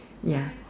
ya